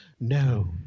No